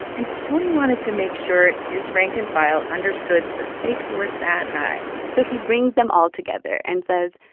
and tony wanted to make sure his rank and file understood the stakes were that high so he brings them all together and says,